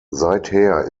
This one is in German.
seither